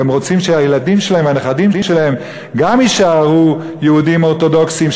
והם רוצים שהילדים שלהם והנכדים שלהם גם יישארו יהודים אורתודוקסים,